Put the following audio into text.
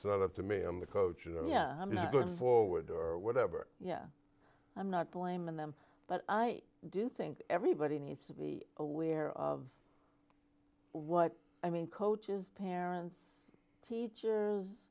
set up to me i'm the coach and yeah i'm not going forward or whatever yeah i'm not blaming them but i do think everybody needs to be aware of what i mean coaches parents teachers